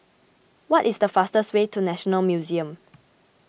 what is the fastest way to National Museum